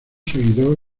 seguidor